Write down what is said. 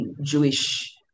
Jewish